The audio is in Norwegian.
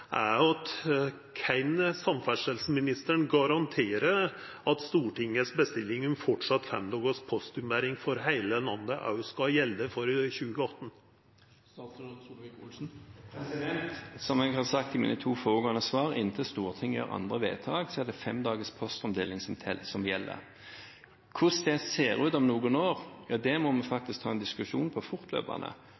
Kan samferdselsministeren garantera at Stortingets bestilling om fem dagars postombering for heile landet skal gjelda for 2018? Som jeg har sagt i mine to foregående svar: Inntil Stortinget gjør andre vedtak, er det fem dagers postomdeling som gjelder. Hvordan det ser ut om noen år, ja det må vi